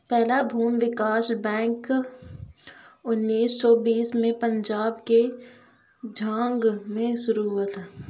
पहला भूमि विकास बैंक उन्नीस सौ बीस में पंजाब के झांग में शुरू हुआ था